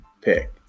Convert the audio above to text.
pick